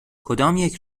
کدامیک